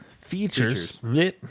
Features